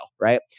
Right